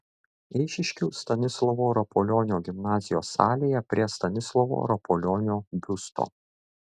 eišiškių stanislovo rapolionio gimnazijos salėje prie stanislovo rapolionio biusto